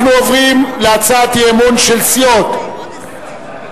אנחנו עוברים להצעת האי-אמון של סיעות רע"ם-תע"ל,